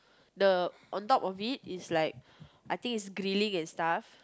the on top of it is like I think it's grilling and stuff